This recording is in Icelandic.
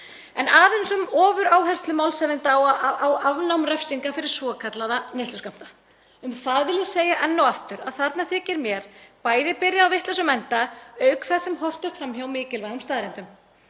En aðeins um ofuráherslu málshefjanda á afnám refsinga fyrir svokallaða neysluskammta. Um það vil ég segja enn og aftur að þarna þykir mér bæði byrjað á vitlausum enda auk þess sem horft er fram hjá mikilvægum staðreyndum.